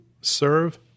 serve